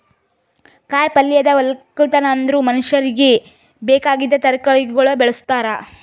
ಕಾಯಿ ಪಲ್ಯದ್ ಒಕ್ಕಲತನ ಅಂದುರ್ ಮನುಷ್ಯರಿಗಿ ಬೇಕಾಗಿದ್ ತರಕಾರಿಗೊಳ್ ಬೆಳುಸ್ತಾರ್